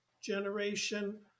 generation